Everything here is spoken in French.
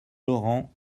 laurent